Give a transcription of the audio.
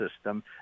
system